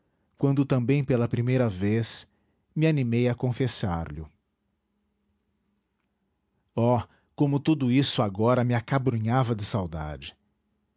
quando também pela primeira vez me animei a confessar lho oh como tudo isso agora me acabrunhava de saudade